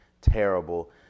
terrible